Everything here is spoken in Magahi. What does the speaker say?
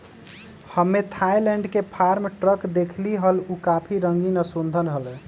हम्मे थायलैंड के फार्म ट्रक देखली हल, ऊ काफी रंगीन और सुंदर हलय